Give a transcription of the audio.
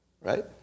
right